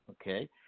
Okay